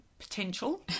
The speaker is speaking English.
Potential